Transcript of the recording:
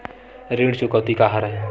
ऋण चुकौती का हरय?